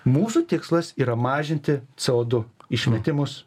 mūsų tikslas yra mažinti c o du išmetimus